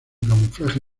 camuflaje